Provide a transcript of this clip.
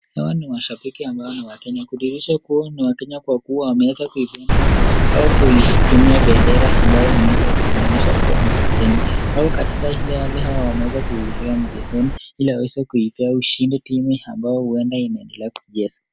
Hawa ni mashabiki ambao ni wa Kenya kudihirisha kuwa, ni wa Kenya kwa kuwa wameeza kuifunga au kutumia bendera ambayo imeweza kuonyesha kuwa ni wa Kenya, au katika ile hali hawa wameweza kuzuia mchezoni, ili waweze kuipea ushindi timu ambayo huenda inaendelea kujesa.